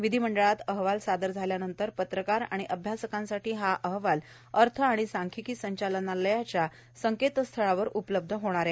विधीमंडळात अहवाल सादर झाल्यानंतर पत्रकार आणि अभ्यासकांसाठी हा अहवाल अर्थ आणि सांख्यिकी संचालनालयाच्या संकेतस्थळांवर उपलब्ध होणार आहे